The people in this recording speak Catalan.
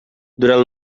durant